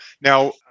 Now